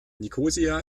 nikosia